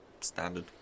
standard